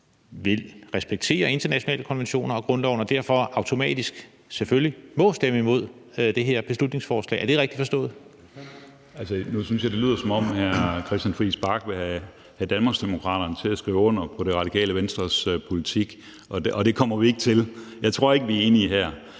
vil respektere internationale konventioner og grundloven og derfor automatisk selvfølgelig må stemme imod det her beslutningsforslag? Er det rigtigt forstået? Kl. 22:00 Anden næstformand (Jeppe Søe): Ordføreren. Kl. 22:00 Peter Skaarup (DD): Altså, nu synes jeg, det lyder, som om hr. Christian Friis Bach vil have Danmarksdemokraterne til at skrive under på Radikale Venstres politik, og det kommer vi ikke til. Jeg tror ikke, vi er enige her.